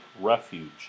refuge